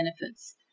benefits